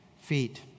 feet